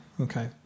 Okay